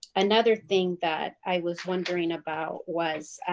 and other thing that i was wondering about was